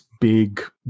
big